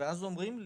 אז אומרים לי,